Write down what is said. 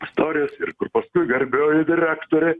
istorijas ir kur paskui garbioji direktorė